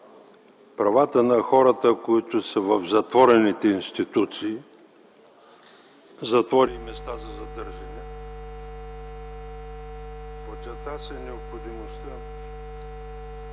правата на хората, които са в затворените институции – затвори и места за задържане, подчерта се необходимостта